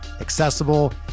accessible